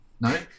No